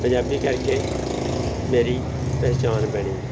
ਪੰਜਾਬੀ ਕਰਕੇ ਮੇਰੀ ਪਹਿਚਾਣ ਬਣੀ